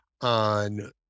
on